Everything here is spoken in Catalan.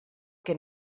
que